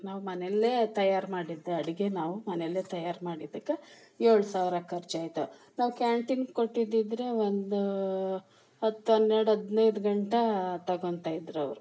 ನಾವು ಮನೆಯಲ್ಲೆ ತಯಾರು ಮಾಡಿದ್ದ ಅಡಿಗೆ ನಾವು ಮನೆಯಲ್ಲೆ ತಯಾರು ಮಾಡಿದ್ದಕ್ಕೆ ಏಳು ಸಾವಿರ ಖರ್ಚಾಯ್ತು ನಾವು ಕ್ಯಾಂಟೀನ್ಗೆ ಕೊಟ್ಟಿದ್ದಿದ್ರೆ ಒಂದು ಹತ್ತು ಹನ್ನೆರಡು ಹದಿನೈದು ಗಂಟಾ ತಗೊತ ಇದ್ರವ್ರು